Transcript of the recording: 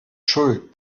schuld